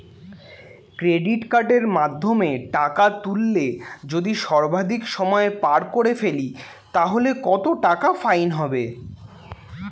Credit কার্ডের মাধ্যমে টাকা তুললে যদি সর্বাধিক সময় পার করে ফেলি তাহলে কত টাকা ফাইন হবে?